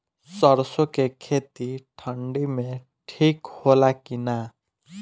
सरसो के खेती ठंडी में ठिक होला कि ना?